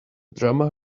drama